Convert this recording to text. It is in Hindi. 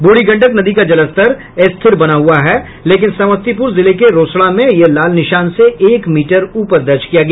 बूढ़ी गंडक नदी का जलस्तर स्थिर बना हुआ है लेकिन समस्तीपुर जिले के रोसड़ा में यह लाल निशान से एक मीटर ऊपर दर्ज किया गया